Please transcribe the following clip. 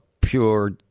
pure